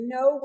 no